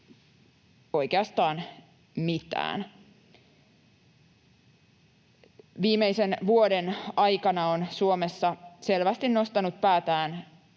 oikeastaan mitään. Viimeisen vuoden aikana on Suomessa selvästi nostanut päätään